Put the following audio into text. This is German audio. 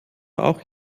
auch